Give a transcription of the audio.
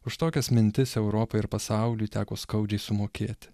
už tokias mintis europai ir pasauliui teko skaudžiai sumokėti